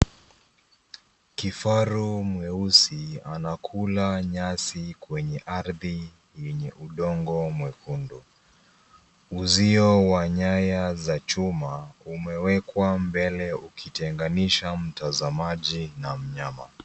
Kifaru mweusi anakula nyasi kwenye ardhi yenye udongo mwekundu. Uzio wa nyaya za chuma umewekwa mbele ukitenganisha mtazamaji na mnyama.